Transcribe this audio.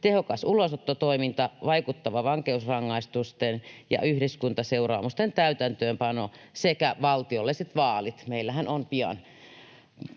tehokas ulosottotoiminta, vaikuttava vankeusrangaistusten ja yhdyskuntaseuraamusten täytäntöönpano sekä valtiolliset vaalit — meillähän on pian